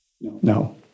No